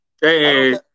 Hey